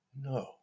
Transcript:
No